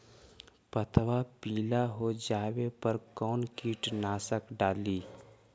पतबा पिला हो जाबे पर कौन कीटनाशक डाली?